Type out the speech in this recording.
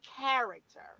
character